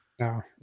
No